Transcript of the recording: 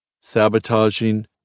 sabotaging